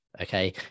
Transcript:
okay